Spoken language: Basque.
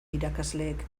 irakasleek